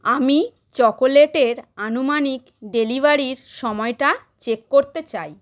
আমি চকোলেটের আনুমানিক ডেলিভারির সময়টা চেক করতে চাই